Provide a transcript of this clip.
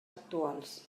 actuals